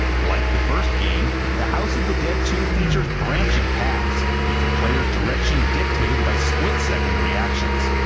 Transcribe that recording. like the first game, the house of the dead two features branching paths, with the player's direction dictated by split-second reactions.